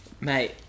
Mate